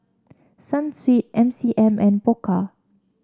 Sunsweet M C M and Pokka